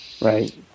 Right